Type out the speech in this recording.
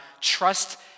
trust